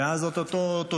ואז אותו תושב,